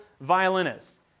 violinist